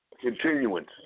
continuance